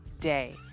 day